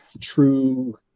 true